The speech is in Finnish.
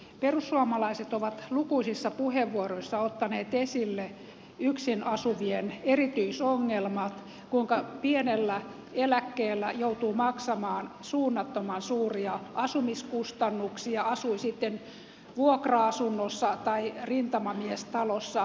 perussuomalaiset ovat lukuisissa puheenvuoroissa ottaneet esille yksin asuvien erityisongelmat kuinka pienellä eläkkeellä joutuu maksamaan suunnattoman suuria asumiskustannuksia asui sitten vuokra asunnossa tai rintamamiestalossa